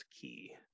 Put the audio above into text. Key